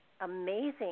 amazing